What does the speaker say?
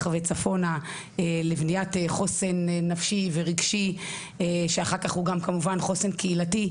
וצפונה לבניית חוסן נפשי ורגשי שאחר כך הוא גם כמובן חוסן קהילתי,